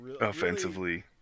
offensively